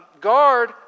guard